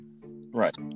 Right